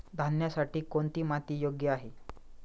धान्यासाठी कोणती माती योग्य आहे?